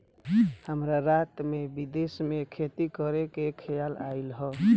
हमरा रात में विदेश में खेती करे के खेआल आइल ह